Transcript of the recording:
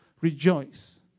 Rejoice